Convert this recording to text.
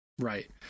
Right